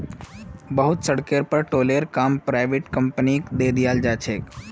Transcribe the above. बहुत सड़केर पर टोलेर काम पराइविट कंपनिक दे दियाल जा छे